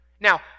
now